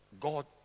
god